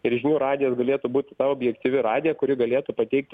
ir žinių radijas galėtų būti ta objektyvi radija kuri galėtų pateikti